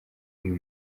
uyu